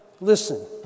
Listen